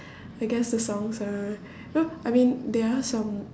I guess the songs are uh I mean there are some